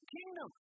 kingdom